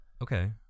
Okay